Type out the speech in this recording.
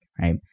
right